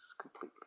completely